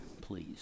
please